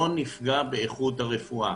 לא נפגע באיכות הרפואה.